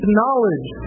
knowledge